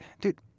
Dude